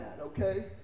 okay